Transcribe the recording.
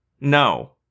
No